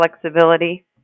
flexibility